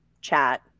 chat